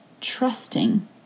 trusting